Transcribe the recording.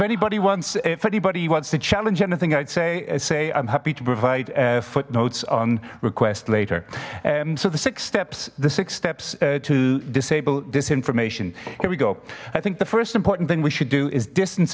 anybody wants if anybody wants to challenge anything i'd say i say i'm happy to provide footnotes on request later so the six steps the six steps to disable disinformation here we go i think the first important thing we should do is distance